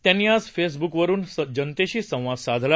त्यांनी आज फेसब्कवरून जनतेशी संवाद साधला